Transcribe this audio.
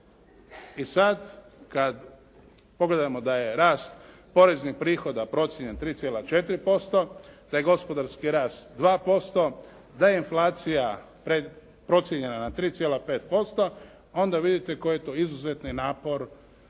I sada kada pogledamo da je rast, poreznih prihoda procijenjen 3,4%, da je gospodarski rast 2%, da je inflacija procijenjena na 3,5%, onda vidite koji je to izuzetni napor